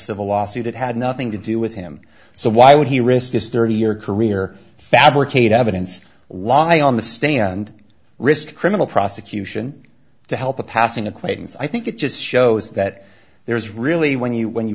civil lawsuit it had nothing to do with him so why would he risk just thirty year career fabricate evidence lie on the stand risk criminal prosecution to help a passing acquaintance i think it just shows that there is really when you when you